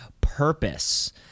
purpose